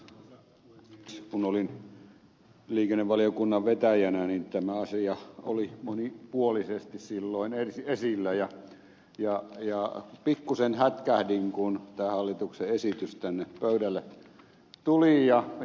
kun olin liikennevaliokunnan vetäjänä niin tämä asia oli monipuolisesti silloin esillä ja pikkusen hätkähdin kun tämä hallituksen esitys tänne pöydälle tuli